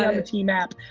other tea map,